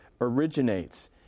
originates